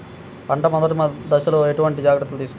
పంట మెదటి దశలో ఎటువంటి జాగ్రత్తలు తీసుకోవాలి?